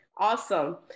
Awesome